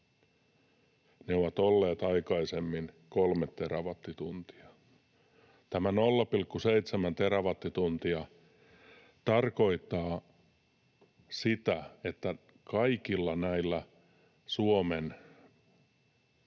Ne ovat olleet aikaisemmin 3 terawattituntia. Tämä 0,7 terawattituntia tarkoittaa sitä, että kaikilla näillä Suomen